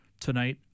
tonight